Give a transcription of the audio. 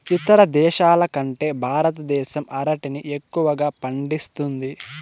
ఇతర దేశాల కంటే భారతదేశం అరటిని ఎక్కువగా పండిస్తుంది